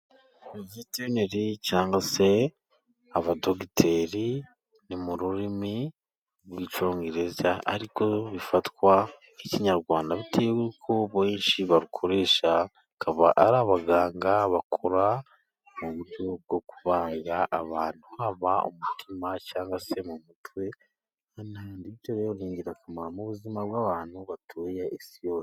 Veterineri cyangwa se abadogiteri . Ni mu rurimi rw'icyongereza ariko bifatwa nk' Ikinyarwanda bitewe ko benshi barukoresha akaba ari abaganga bakora mu buryo bwo kubaga abantu haba umutima cyangwa se mu mutwe n'ahandii. Bityo ni ingirakamaro mu buzima bw'abantu batuye isi yose.